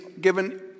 given